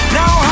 now